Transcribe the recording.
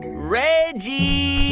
reggie